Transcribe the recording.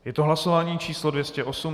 Je to hlasování číslo 208.